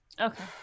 Okay